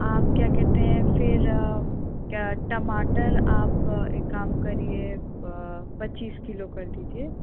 आप क्या कहते हैं फिर क्या टमाटर आप एक काम करिये पच्चीस किलो कर दीजिए